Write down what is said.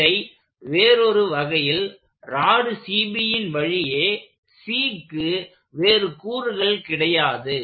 இதை வேறொரு வகையில் ராடு CBன் வழியே Cக்கு வேறு கூறுகள் கிடையாது